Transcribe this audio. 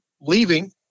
leaving